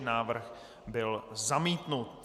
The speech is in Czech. Návrh byl zamítnut.